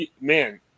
Man